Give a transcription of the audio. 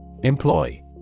Employ